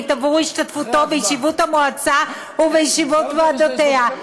עבור השתתפותו בישיבות המועצה ובישיבות ועדותיה".